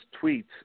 tweets